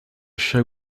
show